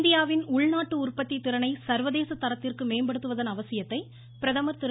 இந்தியாவின் உள்நாட்டு உற்பத்தி திறனை சா்வதேச தரத்திற்கு மேம்படுத்துவதன் அவசியத்தை பிரதமர் திரு